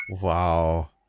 Wow